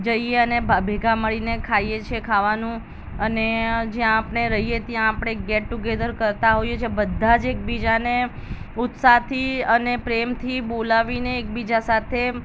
જઈએ અને ભ ભેગા મળીને ખાઈએ છીએ ખાવાનું અને જ્યાં આપણે રહીએ ત્યાં આપણે ગેટ ટુ ગેધર કરતા હોઈએ છીએ બધા જ એકબીજાને ઉત્સાહથી અને પ્રેમથી બોલાવીને એકબીજા સાથે